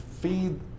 feed